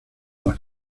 las